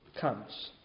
comes